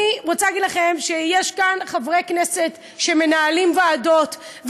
אני רוצה להגיד לכם שיש כאן חברי כנסת שמנהלים ועדות,